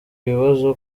ibibazo